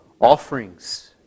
offerings